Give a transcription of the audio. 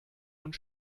und